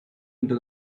into